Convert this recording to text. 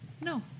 No